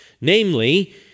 namely